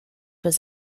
was